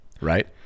right